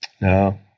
No